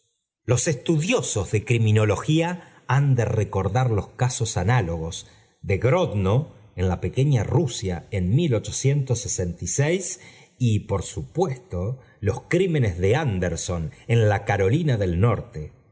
los estudiosos de criminología han de recordar los casos análogos de grodno en la pequeña rusia en y p r su p uesto los crímenes de anderson en la carolina del norte